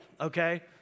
okay